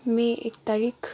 मई एक तारिख